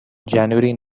january